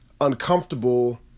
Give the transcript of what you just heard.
uncomfortable